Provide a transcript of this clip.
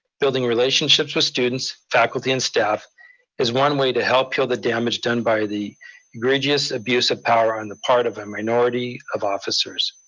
building relationships with students, faculty and staff is one way to help heal the damage done by the egregious abusive power on the part of a minority of officers.